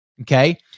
Okay